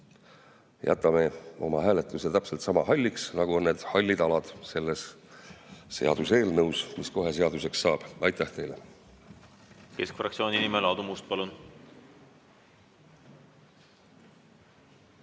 Jätame oma hääletuse täpselt sama halliks, nagu on need hallid alad selles seaduseelnõus, mis kohe seaduseks saab. Aitäh teile! Austatud eesistuja!